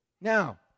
Now